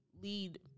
lead